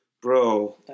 Bro